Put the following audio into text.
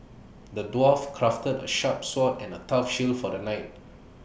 the dwarf crafted A sharp sword and A tough shield for the knight